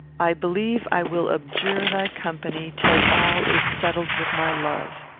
i believe i will abjure thy company till all is settled with my love.